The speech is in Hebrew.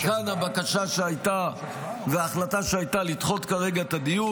מכאן הבקשה שהייתה וההחלטה שהייתה לדחות כרגע את הדיון.